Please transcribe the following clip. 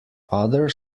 other